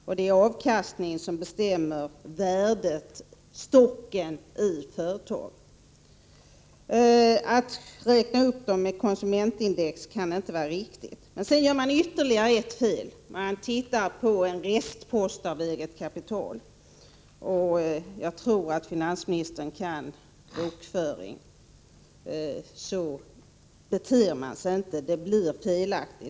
Och det är avkastningen som bestämmer värdet, stocken, i företaget. Att räkna upp tillgångar och skulder med konsumentprisindex kan inte vara riktigt. Sedan gör man ytterligare ett fel — man tittar på en restpost av eget kapital. Jag tror att finansministern kan bokföring och förstår att man inte beter sig så. Det blir felaktigt.